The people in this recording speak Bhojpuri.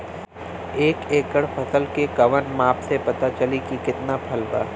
एक एकड़ फसल के कवन माप से पता चली की कितना फल बा?